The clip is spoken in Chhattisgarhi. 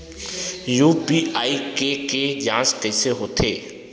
यू.पी.आई के के जांच कइसे होथे?